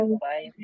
bye